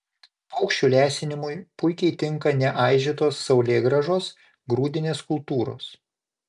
paukščių lesinimui puikiai tinka neaižytos saulėgrąžos grūdinės kultūros